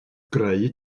greu